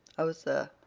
o, sir,